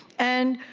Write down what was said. and,